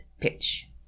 pitch